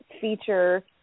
feature